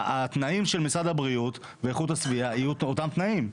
התנאים של משרד הבריאות ואיכות הסביבה יהיו אותם תנאים.